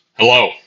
Hello